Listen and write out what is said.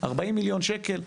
40 מיליון שקלים,